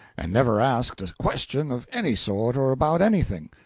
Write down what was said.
and never asked a question of any sort or about anything.